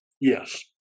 Yes